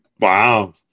Wow